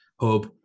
Hub